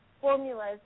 formulas